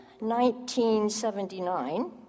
1979